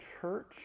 church